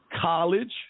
College